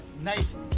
nice